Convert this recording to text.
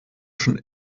schon